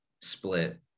split